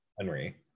Henry